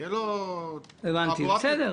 תהיה תחבורה ציבורית --- יש,